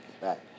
back